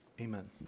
Amen